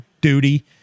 duty